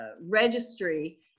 registry